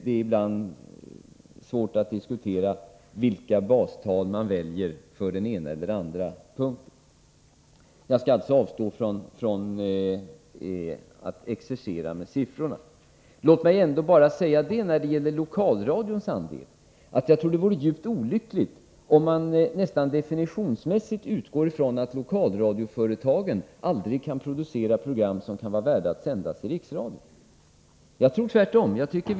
Det är ibland svårt att diskutera beroende på vilka bastal man väljer för den ena eller den andra punkten. Jag skall alltså avstå från att exercera med siffror. Låt mig när det gäller Lokalradions andel ändå säga att jag tror att det vore djupt olyckligt om man nästan definitionsmässigt utgår från att lokalradioföretagen aldrig kan producera program som kan vara värda att sändas av Riksradion. Jag menar att det är tvärtom.